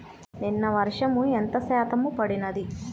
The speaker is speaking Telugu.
నిన్న వర్షము ఎంత శాతము పడినది?